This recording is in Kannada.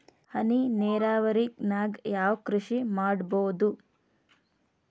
ಹನಿ ನೇರಾವರಿ ನಾಗ್ ಯಾವ್ ಕೃಷಿ ಮಾಡ್ಬೋದು?